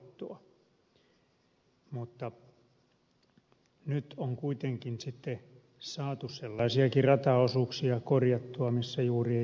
mutta nyt on kuitenkin saatu korjattua sellaisiakin rataosuuksia missä juuri ei liikennettä ole